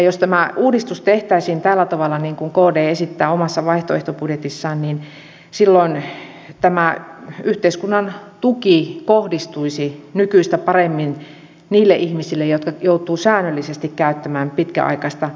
jos tämä uudistus tehtäisiin tällä tavalla niin kuin kd esittää omassa vaihtoehtobudjetissaan niin silloin tämä yhteiskunnan tuki kohdistuisi nykyistä paremmin niihin ihmisiin jotka joutuvat säännöllisesti käyttämään pitkäaikaista lääkehoitoa